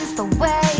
the world